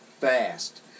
fast